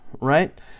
right